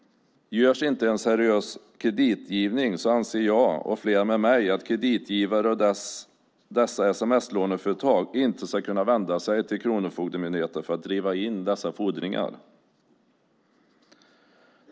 Görs inte en seriös kreditgivning anser jag och flera med mig att kreditgivare och dessa sms-låneföretag inte ska kunna vända sig till Kronofogdemyndigheten för att driva in dessa fordringar.